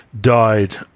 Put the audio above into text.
died